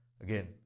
again